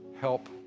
Help